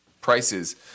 prices